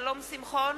שלום שמחון,